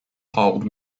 hulled